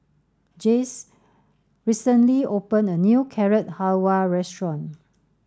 Jayce recently opened a new Carrot Halwa Restaurant